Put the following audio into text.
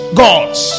gods